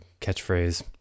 catchphrase